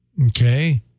Okay